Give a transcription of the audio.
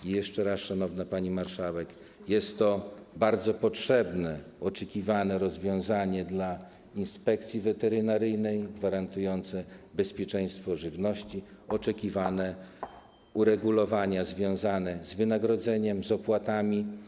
I jeszcze raz, szanowna pani marszałek, powiem, że jest to bardzo potrzebne, oczekiwane rozwiązanie dla Inspekcji Weterynaryjnej, gwarantujące bezpieczeństwo żywności, są to oczekiwane uregulowania związane z wynagrodzeniem, z opłatami.